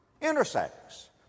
intersects